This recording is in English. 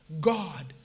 God